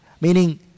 Meaning